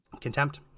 Contempt